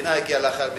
המדינה הגיעה לאחר מכן.